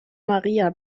maria